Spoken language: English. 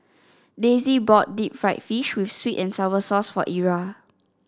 Daisie bought Deep Fried Fish with sweet and sour sauce for Ira